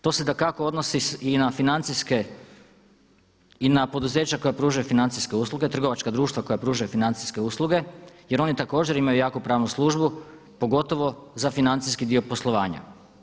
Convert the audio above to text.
To se dakako odnosi i na financijske i na poduzeća koja pružaju financijske usluge, trgovačka društva koja pružaju financijske usluge jer oni također imaju jaku pravnu službu pogotovo za financijski dio poslovanja.